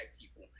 people